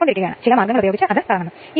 8 lagging 0